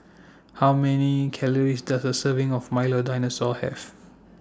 How Many Calories Does A Serving of Milo Dinosaur Have